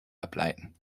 ableiten